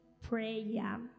prayer